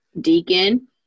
Deacon